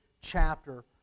chapter